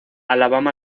alabama